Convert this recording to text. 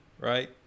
right